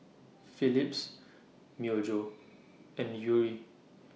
Philips Myojo and Yuri